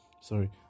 sorry